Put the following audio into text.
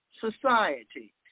society